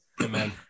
Amen